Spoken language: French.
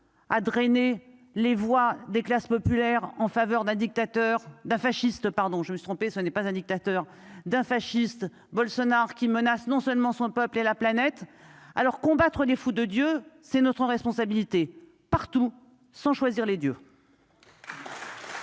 à drainer les voix des classes populaires en faveur d'un dictateur d'un fasciste, pardon, je me tromper, ce n'est pas un dictateur d'un fasciste Bolsonaro qui menace non seulement son peuple et la planète alors combattre des fous de Dieu, c'est notre responsabilité partout sans choisir les dieux.